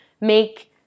make